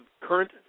current